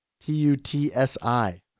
T-U-T-S-I